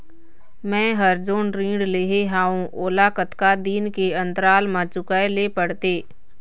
मैं हर जोन ऋण लेहे हाओ ओला कतका दिन के अंतराल मा चुकाए ले पड़ते?